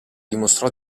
dimostrò